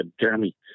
Jeremy